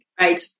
Right